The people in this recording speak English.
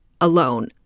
alone